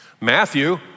Matthew